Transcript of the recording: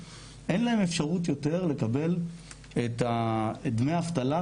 אין להן אפשרות יותר לקבל את דמי האבטלה,